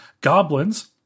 goblins